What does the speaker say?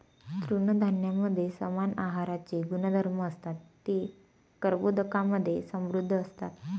तृणधान्यांमध्ये समान आहाराचे गुणधर्म असतात, ते कर्बोदकांमधे समृद्ध असतात